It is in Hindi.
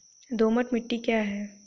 दोमट मिट्टी क्या है?